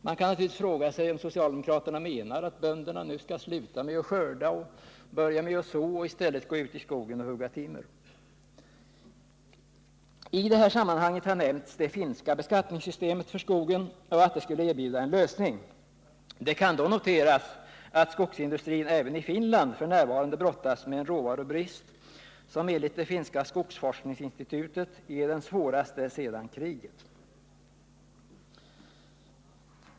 Man kan naturligtvis fråga sig om socialdemokraterna menar att bönderna skall sluta ägna sig åt nu pågående skördearbete och därpå följande höstsådd och i stället gå ut i skogen och hugga timmer. I detta sammanhang har nämnts att det finska beskattningssystemet för skogen skulle erbjuda en lösning. Det kan då noteras att skogsindustrin även i Finland f. n. brottas med en råvarubrist, som enligt det finska skogsforskningsinstitutet är den svåraste sedan kriget.